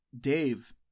Dave